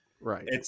Right